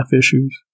issues